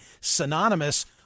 synonymous